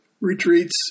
retreats